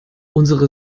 unsere